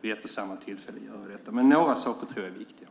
vid ett och samma tillfälle att ta upp allt, men några saker tror jag är viktiga.